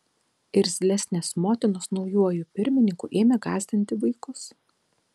irzlesnės motinos naujuoju pirmininku ėmė gąsdinti vaikus